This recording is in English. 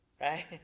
right